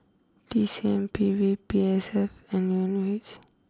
T C M P B P S F and N U H